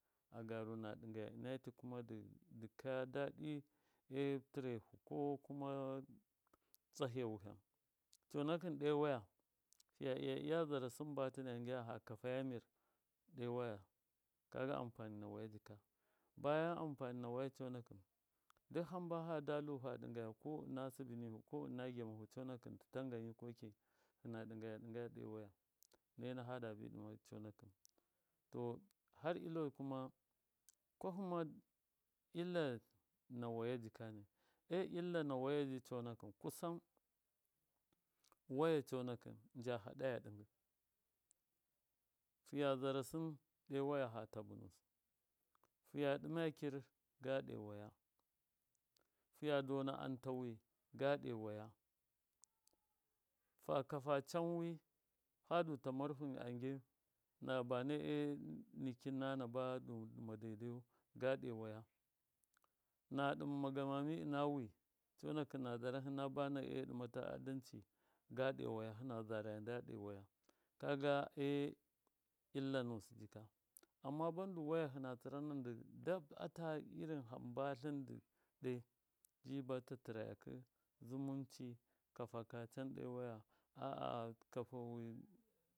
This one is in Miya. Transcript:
Agaru ɨna ti kuma dɨ dɨkayaka daɗi e tirehu ko kuma tsahɨya wiham conakɨn ɗo waya fiya iyaiya zara sɨm ba tɨda ngim fa kafaya mir ɗo waya kaga amfani na waya jika baya anfani na waya conakɨn duk hamba hadalu fa ɗɨngaya ko ɨna sɨbɨ nihu ko ɨna gyamahu conakɨn tɨtangan yikoki hɨna ɗɨngaya ɗɨnga ɗe waaya conakɨn to har ilo kuma kwahɨma illa na waya jṫkani e illa na waya conakɨn kusan waya conakɨn nja haɗeya ɗɨngɨ fiya zara sɨm ɗo waya ha tabunusɨ fiya ɗɨma kir gaɗo waya fiya dona am tawi ga ɗo waya fa kafacan wi fadu ta mar fa ngin na banai nikin nama bane e nikin nane badu dɨma daidayu gaɗo way na ɗɨma ga mami ɨna wi conakṫn na dzara hɨna bone e ɗɨma ta addanci ga waya kaga e illa nusɨ jika amma bandu waya hɨna tsɨrana ndɨ dap ata irin haba tlindɨ ɗe ji ba tatɨrayakɨ zumuncɨ kafaka can ɗe waya a. a kafawi.